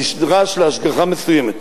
נדרש להשגחה מסוימת,